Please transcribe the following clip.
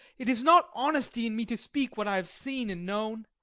it is not honesty in me to speak what i have seen and known.